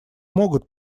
могут